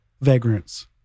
vagrants